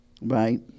Right